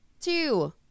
Two